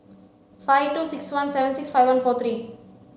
five two six one seven six five one four three